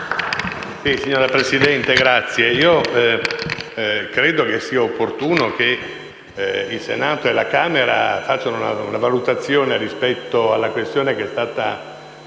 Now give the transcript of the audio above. Signora Presidente, credo che sia opportuno che il Senato e la Camera facciano le loro valutazioni rispetto alla questione che è stata